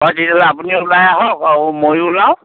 হয় তেতিয়াহ'লে আপুনিও ওলাই আহক আৰু ময়ো ওলাওঁ